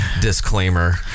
disclaimer